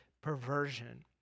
perversion